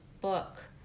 book